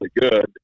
good